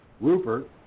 Rupert